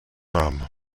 âme